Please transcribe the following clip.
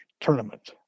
Tournament